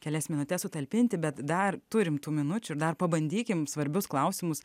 kelias minutes sutalpinti bet dar turim tų minučių ir dar pabandykim svarbius klausimus